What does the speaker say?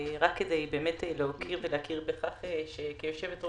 רק כדי להוקיר ולהכיר בכך שכיושבת-ראש,